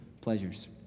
pleasures